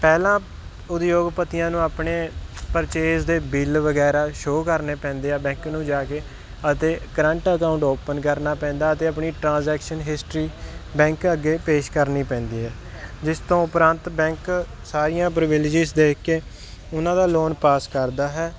ਪਹਿਲਾਂ ਉਦਯੋਗਪਤੀਆਂ ਨੂੰ ਆਪਣੇ ਪਰਚੇਸ ਦੇ ਬਿੱਲ ਵਗੈਰਾ ਸ਼ੋਅ ਕਰਨੇ ਪੈਂਦੇ ਆ ਬੈਂਕ ਨੂੰ ਜਾ ਕੇ ਅਤੇ ਕਰੰਟ ਅਕਾਊਂਟ ਓਪਨ ਕਰਨਾ ਪੈਂਦਾ ਅਤੇ ਆਪਣੀ ਟਰਾਂਜੈਕਸ਼ਨ ਹਿਸਟਰੀ ਬੈਂਕ ਅੱਗੇ ਪੇਸ਼ ਕਰਨੀ ਪੈਂਦੀ ਹੈ ਜਿਸ ਤੋਂ ਉਪਰੰਤ ਬੈਂਕ ਸਾਰੀਆਂ ਪ੍ਰਵੇਲਜੀਜ ਦੇਖ ਕੇ ਉਹਨਾਂ ਦਾ ਲੋਨ ਪਾਸ ਕਰਦਾ ਹੈ